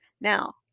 Now